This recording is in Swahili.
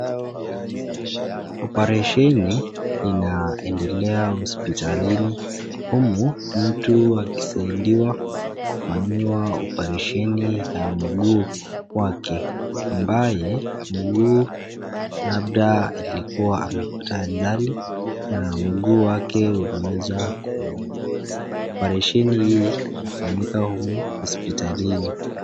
Oparesheni inaendelea hospitalini humu mtu akisaidiwa kufanyiwa oparesheni ya mguu wake, ambaye mguu labda alikuwa amepata ajali na mguu wake uliweza. Oparesheni inafanyiwa humu hospitalini.